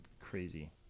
crazy